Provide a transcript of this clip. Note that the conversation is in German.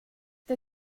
der